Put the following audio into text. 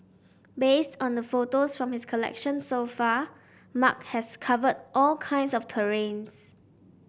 based on the photos from his collection so far Mark has covered all kinds of terrains